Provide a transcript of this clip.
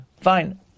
Fine